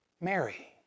Mary